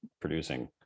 producing